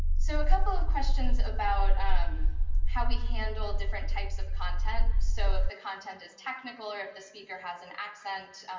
so a couple of questions about um how we handle different types of content. so if the content is technical or if the speaker has an accent,